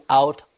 out